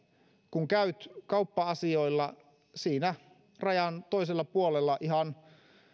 kun käyt kauppa asioilla siinä rajan toisella puolella ihan